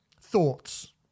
Thoughts